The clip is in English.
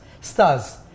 stars